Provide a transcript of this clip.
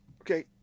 Okay